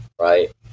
right